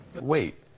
Wait